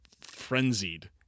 frenzied